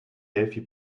delphi